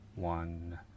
One